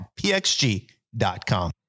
pxg.com